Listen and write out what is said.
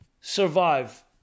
Survive